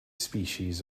species